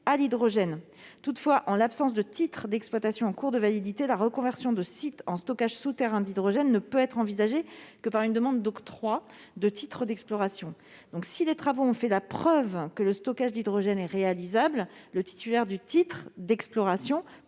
à l'hydrogène. Toutefois, en l'absence de titre d'exploitation en cours de validité, la reconversion de sites en stockage souterrain d'hydrogène ne peut être envisagée que par une demande d'octroi d'un titre d'exploration. Si les travaux ont fait la preuve que le stockage d'hydrogène est réalisable, le titulaire du titre d'exploration